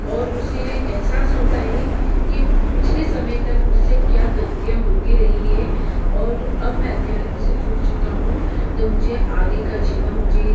और उसे एहसास होता है कि पिछले समय तक उससे क्या गलतियाँ होती रही है और अब मैं अध्यात्म से जुड़ चुका हूँ तो आगे का जीवन मुझे